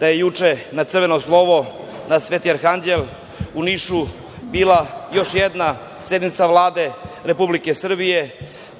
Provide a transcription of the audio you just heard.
da je juče na crveno slovo, na Svetog Aranđela, u Nišu, bila još jedan sednica Vlade Republike Srbije